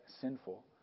sinful